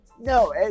No